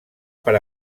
per